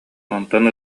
онтон